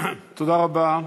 תודה רבה.